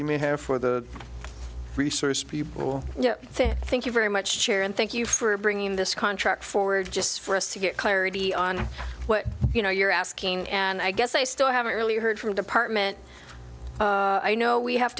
you may have for the resource people think thank you very much chair and thank you for bringing this contract forward just for us to get clarity on what you know you're asking and i guess i still haven't really heard from department i know we have